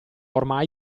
ormai